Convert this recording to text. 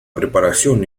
preparación